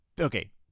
Okay